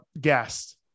guest